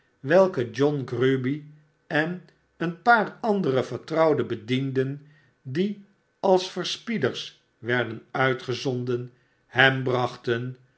welke john grueby en een paar anderevertrouwde bedienden die als verspieders werden uitgezonden hem brachten